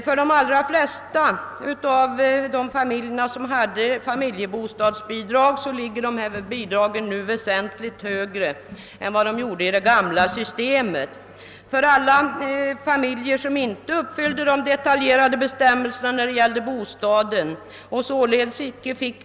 För de allra flesta familjer, som hade familjebostadsbidrag, ligger dessa bidrag nu väsentligt högre än vad de gjorde i det gamla systemet. För alla familjer som inte uppfyllde de detaljerade villkoren i fråga om bostaden och således icke fick.